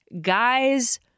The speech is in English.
Guys